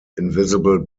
invisible